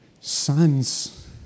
Sons